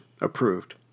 approved